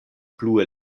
plue